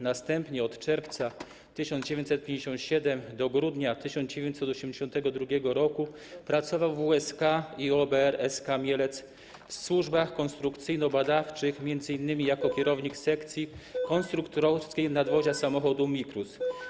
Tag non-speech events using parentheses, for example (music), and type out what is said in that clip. Następnie od czerwca 1957 r. do grudnia 1982 r. pracował w WSK i OBR SK Mielec w służbach konstrukcyjno-badawczych m.in. jako (noise) kierownik sekcji konstruktorskiej nadwozia samochodu Mikrus.